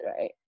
right